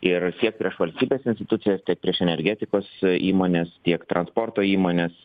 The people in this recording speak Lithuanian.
ir tiek prieš valstybės institucijas tiek prieš energetikos įmones tiek transporto įmones